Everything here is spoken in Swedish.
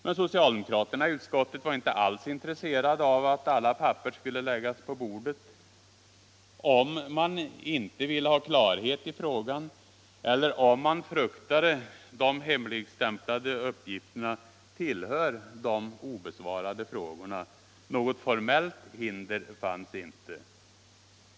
Men socialdemokraterna i utskottet var inte alls intresserade av att alla papper skulle läggas på bordet. Om man inte ville ha klarhet i frågan, eller om man fruktade de hemligstämplade uppgifterna, tillhör de obesvarade frågorna. Något formellt hinder fanns inte.